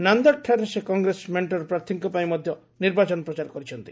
ନାନ୍ଦେଡ୍ଠାରେ ସେ କଂଗ୍ରେସ ମେଣ୍ଟର ପ୍ରାର୍ଥୀଙ୍କ ପାଇଁ ମଧ୍ୟ ନିର୍ବାଚନ ପ୍ରଚାର କରିଛନ୍ତି